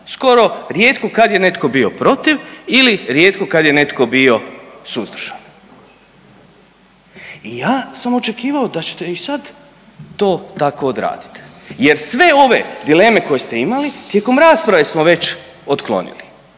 skoro rijetko kad je netko bio protiv ili rijetko kad je netko bio suzdržan. I ja sam očekivao da ćete i sad to tako odraditi jer sve ove dileme koje ste imali tijekom rasprave smo već otklonili.